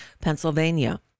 Pennsylvania